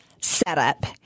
setup